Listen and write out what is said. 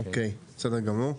אוקיי, בסדר גמור.